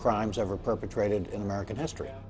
crimes ever perpetrated in american history